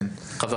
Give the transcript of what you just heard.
כן.